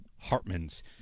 Hartman's